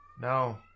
No